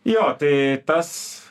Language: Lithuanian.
jo tai tas